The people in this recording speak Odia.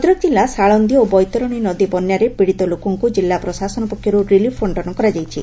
ଭଦ୍ରକ କିଲ୍ଲା ସାଳନ୍ଦୀ ଓ ବୈତରଣୀ ନଦୀ ବନ୍ୟାରେ ପୀଡ଼ିତ ଲୋକଙ୍ଙୁ ଜିଲ୍ଲାପ୍ରଶାସନ ପକ୍ଷରୁ ରିଲିଫ୍ ବକ୍ଷନ କରାଯାଇଛି